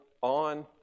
on